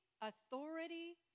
authority